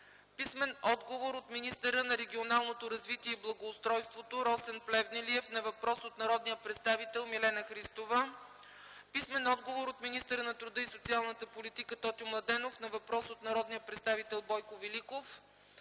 Христова; - министъра на регионалното развитие и благоустройството Росен Плевнелиев на въпрос от народния представител Милена Христова; - министъра на труда и социалната политика Тотю Младенов на въпрос от народния представител Бойко Великов;